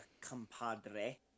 compadre